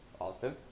Austin